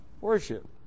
Worship